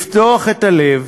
לפתוח את הלב,